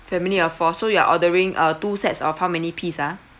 family of four so you're ordering uh two sets of how many piece ah